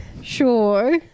Sure